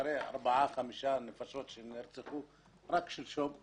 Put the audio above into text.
אחרי ארבע-חמש נפשות שנרצחו רק שלשום בלוד,